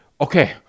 Okay